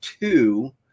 two